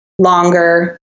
longer